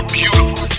beautiful